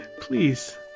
please